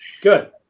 Good